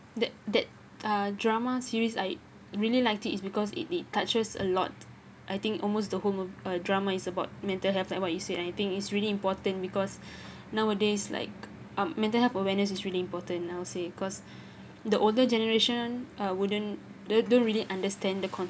that that uh drama series I really liked it's because it did touches a lot I think almost the whole uh drama is about mental health like what you said and I think it's really important because nowadays like um mental health awareness is really important I'll say cause the older generation uh wouldn't they don't really understand the